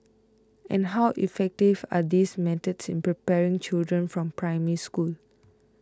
and how effective are these methods in preparing children from Primary School